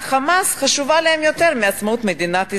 "חמאס" חשובה להם יותר מעצמאות מדינת ישראל,